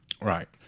Right